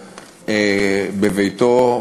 בביתו,